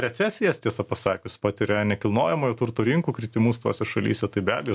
recesijas tiesą pasakius patiria nekilnojamojo turto rinkų kritimus tose šalyse tai be abejo